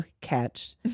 catch